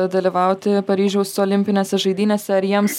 dalyvauti paryžiaus olimpinėse žaidynėse ar jiems